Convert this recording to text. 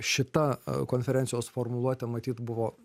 šita konferencijos formuluotė matyt buvo